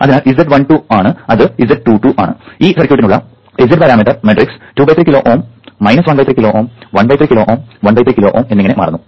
അതിനാൽ ഇത് z12 ആണ് അത് z22 ആണ് ഈ സർക്യൂട്ടിനുള്ള z parameter matrix 23 kilo Ω 13 kilo Ω 13 kilo Ω 13 kilo Ω എന്നിങ്ങനെ മാറുന്നു